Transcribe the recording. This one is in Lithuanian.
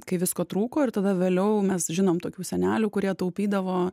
kai visko trūko ir tada vėliau mes žinom tokių senelių kurie taupydavo